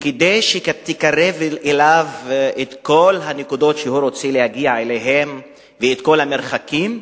וכדי שתקרב אליו את כל הנקודות שהוא רוצה להגיע אליהן ואת כל המרחקים,